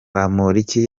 bamporiki